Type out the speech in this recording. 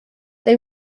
they